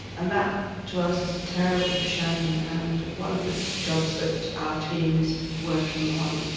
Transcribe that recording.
and that to us is a terrible shame. and one of the jobs that our team is working on,